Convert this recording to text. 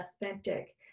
authentic